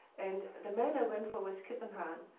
and the man i went for was kippenhahn.